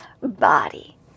body